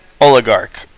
oligarch